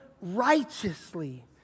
righteously